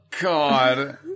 God